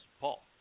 Paul